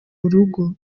urugo